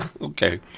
okay